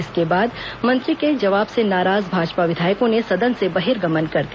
इसके बाद मंत्री के जवाब से नाराज भाजपा विधायकों ने सदन से बहिर्गमन कर दिया